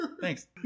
Thanks